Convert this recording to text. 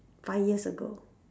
five years ago